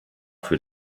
für